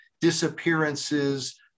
disappearances